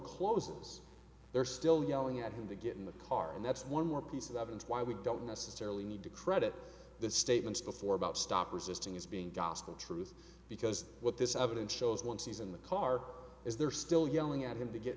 closes there are still yelling at him to get in the car and that's one more piece of evidence why we don't necessarily need to credit the statements before about stop resisting is being gospel truth because what this evidence shows once he's in the car is there still yelling at him to get